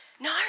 No